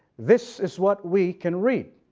this is what we can read,